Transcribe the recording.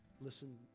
listen